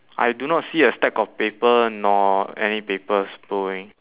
I do not see a stack of paper nor any papers blowing